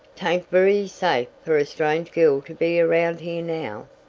tain't very safe fer a strange girl to be around here now.